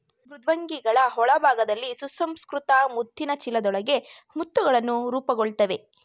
ಮೃದ್ವಂಗಿಗಳ ಒಳಭಾಗದಲ್ಲಿ ಸುಸಂಸ್ಕೃತ ಮುತ್ತಿನ ಚೀಲದೊಳಗೆ ಮುತ್ತುಗಳು ರೂಪುಗೊಳ್ತವೆ